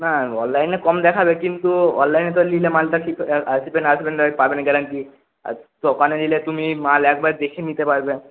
হ্যাঁ অনলাইনে কম দেখাবে কিন্তু অনলাইনে তো নিলে মালটা আসবে না আসবে না পাবে না গ্যারান্টি আর দোকানে নিলে তুমি মাল একবারে দেখে নিতে পারবে